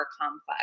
complex